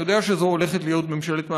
אני יודע שזו הולכת להיות ממשלת מעבר,